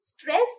stress